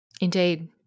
Indeed